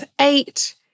eight